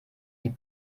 die